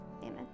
Amen